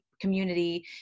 community